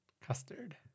Custard